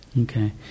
Okay